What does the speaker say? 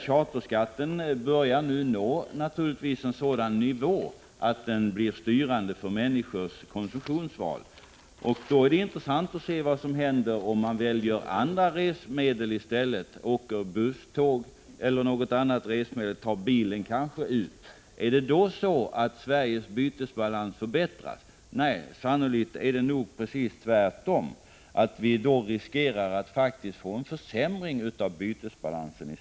Charterskatten börjar nu nå en sådan nivå att den blir styrande för människors konsumtionsval. Då är det intressant att se vad som händer om de väljer andra färdmedel och alltså i stället åker buss, tåg eller bil. Förbättras då Sveriges bytesbalans? Nej, sannolikt är det nog precis tvärtom. Vi riskerar då faktiskt att i stället få en försämring av bytesbalansen.